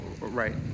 right